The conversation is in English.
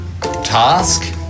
task